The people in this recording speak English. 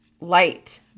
light